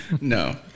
No